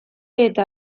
eta